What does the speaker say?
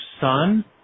son